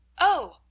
Oh